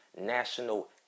national